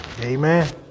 Amen